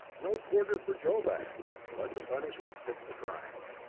no quarter for joebags! let the punishment fit the crime.